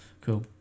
cool